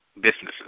businesses